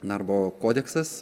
darbo kodeksas